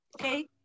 Okay